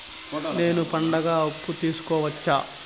నేను పండుగ అప్పు తీసుకోవచ్చా?